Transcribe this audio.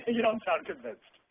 you don't sound convinced.